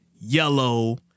yellow